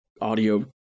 audio